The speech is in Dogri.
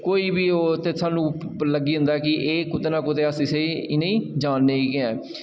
कोई बी हो ते स्हान्नूं लग्गी जंदा कि एह् कुतै ना कुतै अस इ'नें गी जानदे ऐ